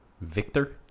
Victor